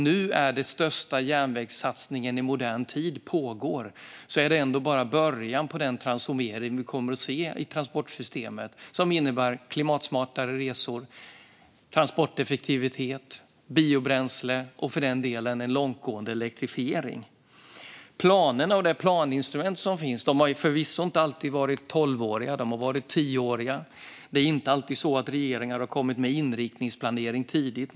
Nu pågår den största järnvägssatsningen i modern tid, och det är ändå bara början på den transformering vi kommer att se i transportsystemet, det vill säga klimatsmartare resor, transporteffektivitet, biobränsle och en långtgående elektrifiering. Planerna och planinstrumentet har förvisso inte alltid varit tolvåriga utan tidigare varit tioåriga. Det är inte alltid så att regeringar har lagt fram en inriktningsplanering tidigt.